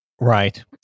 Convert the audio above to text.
Right